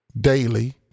daily